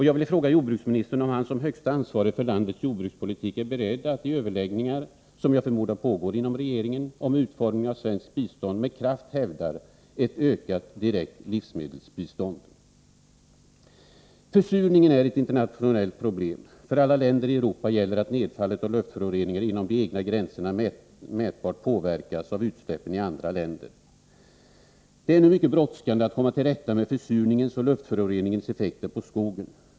Jag vill fråga jordbruksministern om han som högste ansvarige för landets jordbrukspolitik är beredd att i överläggningar, som jag förmodar pågår i regeringen, om utformning av svenskt bistånd med kraft hävda ett ökat direkt livsmedelsbistånd. Försurningen är ett internationellt problem. För alla länder i Europa gäller att nedfallet av luftföroreningar inom de egna gränserna mätbart påverkas av utsläppen i andra länder. Det är nu mycket brådskande att komma till rätta med försurningens och luftföroreningens effekter på skogen.